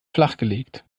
flachgelegt